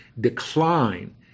decline